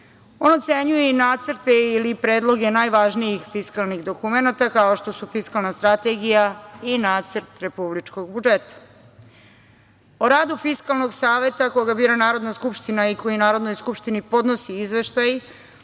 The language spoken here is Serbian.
On ocenjuje i nacrte ili predloge najvažnijih fiskalnih dokumenata, kao što su fiskalna strategija i nacrt republičkog budžeta.O radu Fiskalnog saveta koga bira Narodna skupština i koji Narodnoj skupštini podnosi izveštaj